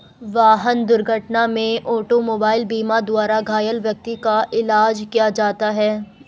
वाहन दुर्घटना में ऑटोमोबाइल बीमा द्वारा घायल व्यक्तियों का इलाज किया जाता है